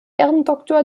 ehrendoktor